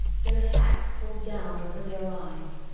their hats pulled down over their eyes,